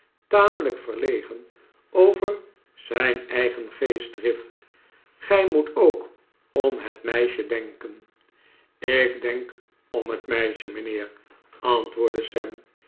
tamelijk verlegen over zijn eigen geestdrift gij moet ook om het meisje denken ik denk om het meisje mijnheer antwoordde